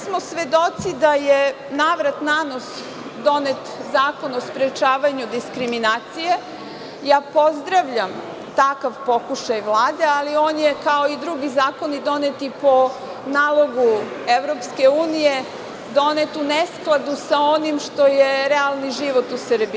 Mi smo svedoci da je na vrat, na nos donet Zakon o sprečavanju diskriminacije i ja pozdravljam takav pokušaj Vlade, ali on je, kao i drugi zakoni doneti po nalogu EU, donet u neskladu sa onim što je realni život u Srbiji.